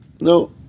No